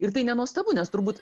ir tai nenuostabu nes turbūt